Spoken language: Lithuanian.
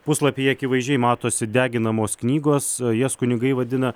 puslapyje akivaizdžiai matosi deginamos knygos o jas kunigai vadina